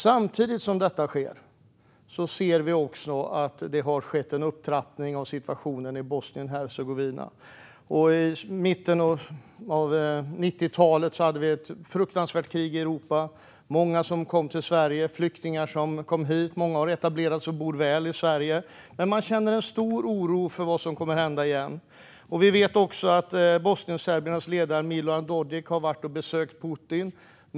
Samtidigt som detta sker ser vi att situationen i Bosnien och Hercegovina har trappats upp. I mitten av 90-talet pågick ett fruktansvärt krig i Europa. Många flyktingar kom hit till Sverige. Många har etablerat sig väl och bor kvar här. Men man känner en stor oro för vad som kan hända igen. Vi vet också att bosnienserbernas ledare Milorad Dodik har besökt Putin.